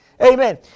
Amen